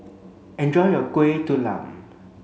enjoy your Kuih Talam